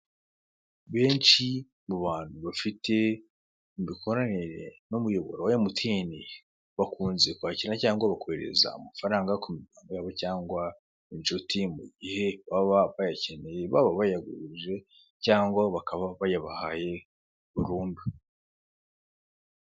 Benshi mu bantu bafite imikoranire n'umuyoboro wa Emutiyeni, bakunze kwakira cyangwa bakoherereza amafaranga ku miryango yabo cyangwa inshuti mu gihe baba bayakeneye, baba bayabagurijie cyangwa bakaba bayabahaye burundu.